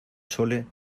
chole